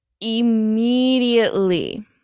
immediately